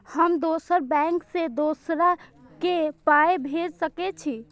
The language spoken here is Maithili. हम दोसर बैंक से दोसरा के पाय भेज सके छी?